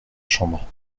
chambre